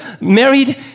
married